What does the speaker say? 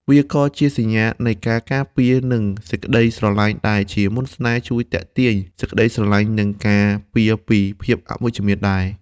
វាជាក៏សញ្ញានៃការការពារ និងសេចក្ដីស្រឡាញ់ដែល ជាមន្តស្នេហ៍ ជួយទាក់ទាញសេចក្ដីស្រលាញ់ និងការពារពីភាពអវិជ្ជមានដែរ។